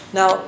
Now